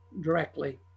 directly